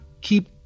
keep